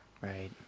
Right